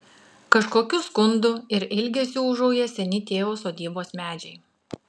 kažkokiu skundu ir ilgesiu ūžauja seni tėvo sodybos medžiai